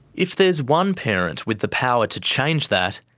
if there's one parent with the power to change that,